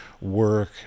work